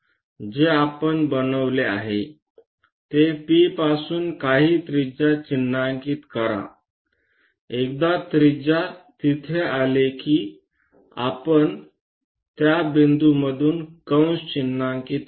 जे आपण बनवले आहे ते P पासून काही त्रिज्या चिन्हांकित करा एकदा त्रिज्या तिथे आले की त्या बिंदूमधून कंस चिन्हांकित करते